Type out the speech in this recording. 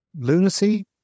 lunacy